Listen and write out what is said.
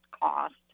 cost